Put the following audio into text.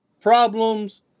problems